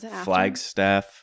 Flagstaff